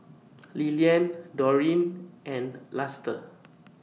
Lillian Dorene and Luster